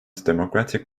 democratic